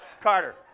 Carter